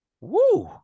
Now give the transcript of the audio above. woo